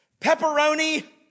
pepperoni